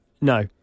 No